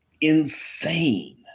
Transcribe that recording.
insane